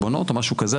או משהו כזזה,